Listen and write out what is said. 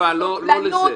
אדווה, לא לזה.